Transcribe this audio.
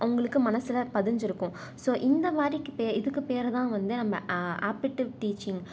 அவங்களுக்கு மனசில் பதிஞ்சிருக்கும் ஸோ இந்த மாதிரி கிட்டே இதுக்கு பேருதான் வந்து நம்ம ஆப்டிவிட்டி டீச்சிங்